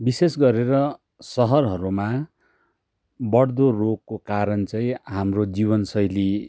विशेष गरेर सहरहरूमा बड्दो रोगको कारण चाहिँ हाम्रो जीवन शैली